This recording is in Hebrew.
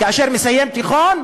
כאשר הוא מסיים תיכון,